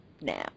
now